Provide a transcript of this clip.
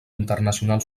internacional